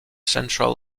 central